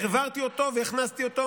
העברתי אותו והכנסתי אותו,